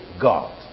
God